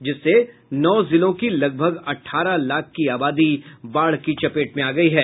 जिससे नौ जिलों के लगभग अठारह लाख की आबादी बाढ़ की चपेट में आ गयी है